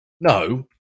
No